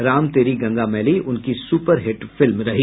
राम तेरी गंगा मैली उनकी सुपरहिट फिल्म रही